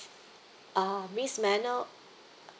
uh miss may I know